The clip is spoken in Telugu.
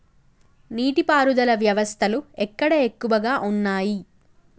నీటి పారుదల వ్యవస్థలు ఎక్కడ ఎక్కువగా ఉన్నాయి?